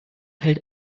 hält